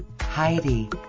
Heidi